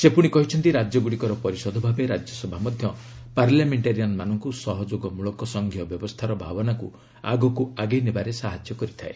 ସେ ପୁଣି କହିଛନ୍ତି ରାଜ୍ୟଗୁଡ଼ିକର ପରିଷଦ ଭାବେ ରାଜ୍ୟସଭା ମଧ୍ୟ ପାର୍ଲାମେଣ୍ଟାରିଆନ୍ମାନଙ୍କୁ ସହଯୋଗମୂଳକ ସଂଘୀୟ ବ୍ୟବସ୍ଥାର ଭାବନାକୁ ଆଗକୁ ଆଗେଇ ନେବାରେ ସାହାଯ୍ୟ କରିଥାଏ